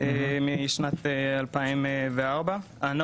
שהיא אומרת בכל המקרים הללו,